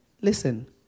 Listen